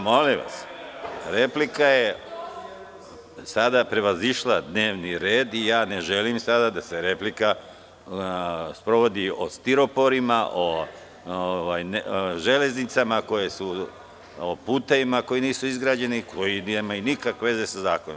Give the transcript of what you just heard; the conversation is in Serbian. Molim vas, replika je sada prevazišla dnevni red i ja ne želim sada da se replika sprovodi o stiroporima, o železnicama, o putevima koji nisu izgrađeni, koji nemaju nikakve veze sa zakonom.